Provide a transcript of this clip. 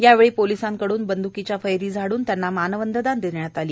यावेळी पोलिसांकडून बंद्कीच्या फैरी झाडून मानवंदना देण्यात आली